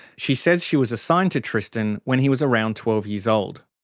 she says she was assigned to tristan when he was around twelve years old.